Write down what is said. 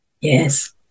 Yes